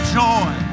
joy